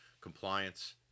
compliance